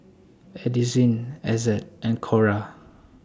Addisyn Ezzard and Cora